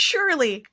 Surely